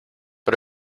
but